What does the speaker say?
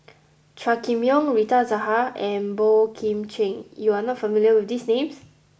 Chua Kim Yeow Rita Zahara and Boey Kim Cheng you are not familiar with these names